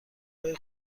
های